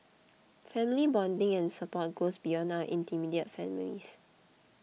family bonding and support goes beyond our immediate families